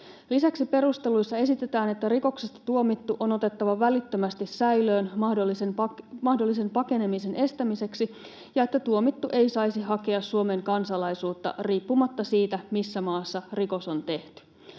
Lisäksi perusteluissa esitetään, että rikoksesta tuomittu on otettava välittömästi säilöön mahdollisen pakenemisen estämiseksi ja että tuomittu ei saisi hakea Suomen kansalaisuutta riippumatta siitä, missä maassa rikos on tehty.